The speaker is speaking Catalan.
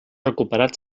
recuperat